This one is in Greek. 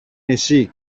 εσύ